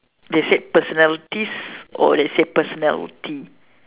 they said personalities or they said personality